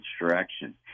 direction